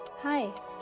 hi